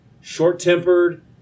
short-tempered